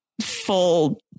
full